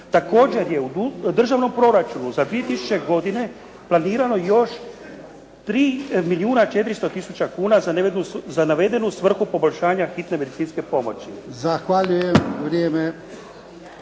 Također je u državnom proračunu za 2000. godine planirano još 3 milijuna 400 tisuća kuna za navedenu svrhu poboljšanja hitne medicinske pomoći.